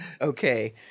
okay